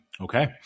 Okay